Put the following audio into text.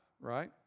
right